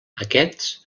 aquests